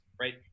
right